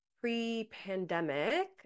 pre-pandemic